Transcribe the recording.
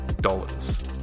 dollars